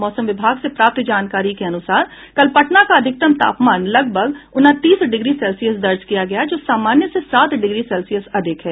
मौसम विभाग से प्राप्त जानकारी के अनुसार कल पटना का अधिकतम तापमान लगभग उनतीस डिग्री सेल्सियस दर्ज किया गया जो सामान्य से सात डिग्री सेल्सियस अधिक है